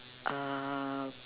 uh